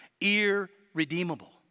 irredeemable